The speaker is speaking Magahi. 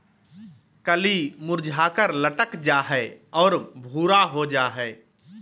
कली मुरझाकर लटक जा हइ और भूरा हो जा हइ